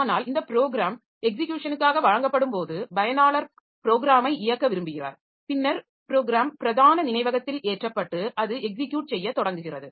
ஆனால் இந்த ப்ரோக்ராம் எக்ஸிக்யுஷனுக்காக வழங்கப்படும் போது பயனாளர் ப்ரோக்ராமை இயக்க விரும்புகிறார் பின்னர் ப்ரோக்ராம் பிரதான நினைவகத்தில் ஏற்றப்பட்டு அது எக்ஸிக்யுட் செய்ய தொடங்குகிறது